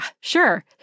sure